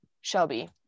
shelby